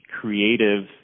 creative